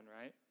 right